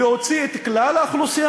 להוציא את כלל האוכלוסייה